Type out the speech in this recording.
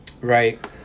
right